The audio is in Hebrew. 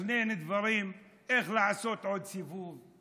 לתכנן דברים איך לעשות עוד סיבוב.